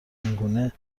اینگونه